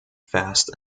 fast